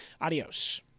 adios